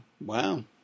Wow